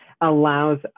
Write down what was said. allows